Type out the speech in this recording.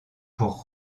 pour